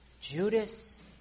Judas